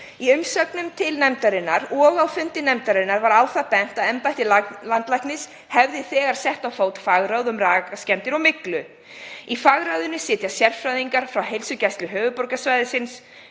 Í umsögnum til nefndarinnar og á fundi nefndarinnar var á það bent að embætti landlæknis hefði þegar sett á fót fagráð um rakaskemmdir og myglu. Í fagráðinu sitja sérfræðingar frá Heilsugæslu höfuðborgarsvæðisins,